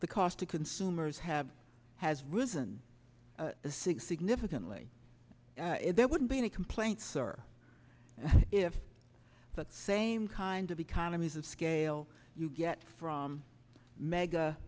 the cost to consumers have has risen significantly and there wouldn't be any complaints or if the same kind of economies of scale you get from mega